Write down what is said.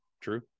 true